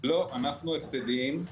לא, אנחנו הפסדיים.